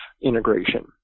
integration